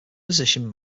positioned